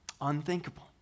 Unthinkable